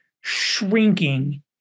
shrinking